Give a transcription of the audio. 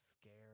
scared